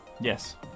Yes